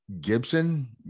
gibson